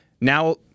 Now